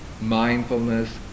mindfulness